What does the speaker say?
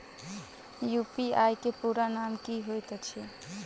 UPI केँ पूरा नाम की होइत अछि?